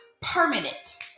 permanent